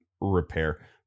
Repair